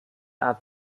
art